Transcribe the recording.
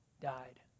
died